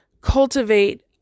cultivate